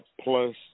plus